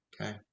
Okay